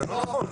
זה לא נכון.